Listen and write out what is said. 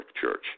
Church